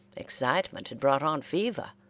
excitement had brought on fever,